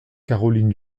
caroline